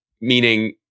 Meaning